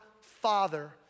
Father